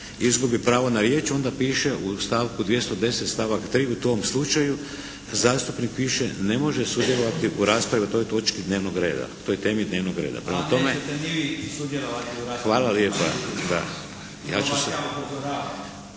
izgubi pravo na riječ onda piše u stavku 210. stavak 3. u tom slučaju zastupnik piše ne može sudjelovati u raspravi o toj točki dnevnog reda, o toj temi dnevnog reda. Hvala lijepa.